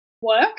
work